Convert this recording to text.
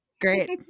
Great